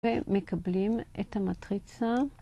ומקבלים את המטריצה.